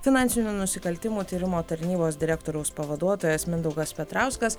finansinių nusikaltimų tyrimo tarnybos direktoriaus pavaduotojas mindaugas petrauskas